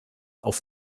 auf